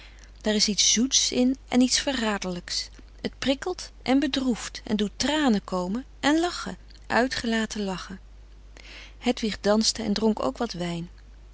daar is iets zoets in en iets verraderlijks het prikkelt en bedroeft en doet tranen komen en lachen uitgelaten lachen hedwig danste en dronk ook wat wijn